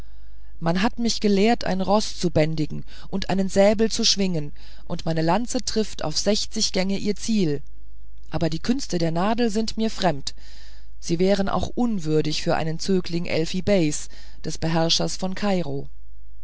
man hat mich gelehrt ein roß zu bändigen und einen säbel zu schwingen und meine lanze trifft auf sechzig gänge ihr ziel aber die künste der nadel sind mir fremd sie wären auch unwürdig für einen zögling elfi beis des beherrschers von kairo